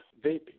vaping